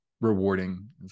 rewarding